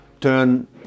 turn